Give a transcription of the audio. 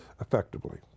effectively